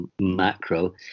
macro